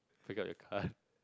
take out your card